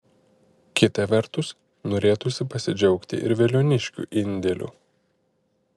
kita vertus norėtųsi pasidžiaugti ir veliuoniškių indėliu